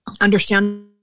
understand